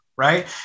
right